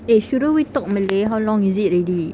eh shouldn't we talk malay how long is it already